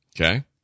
Okay